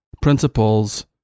principles